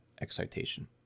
Excitation